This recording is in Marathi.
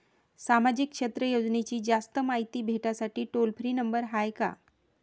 सामाजिक क्षेत्र योजनेची जास्त मायती भेटासाठी टोल फ्री नंबर हाय का?